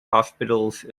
hospitals